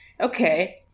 okay